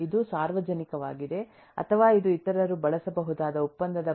ಇದು ಸಾರ್ವಜನಿಕವಾಗಿದೆ ಅಥವಾ ಇದು ಇತರರು ಬಳಸಬಹುದಾದ ಒಪ್ಪಂದದ ಪ್ರಕಾರ ಇಂಟರ್ಫೇಸ್ ಎಂದು ತೋರಿಸುತ್ತದೆ